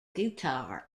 guitar